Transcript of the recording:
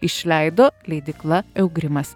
išleido leidykla eugrimas